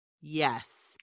Yes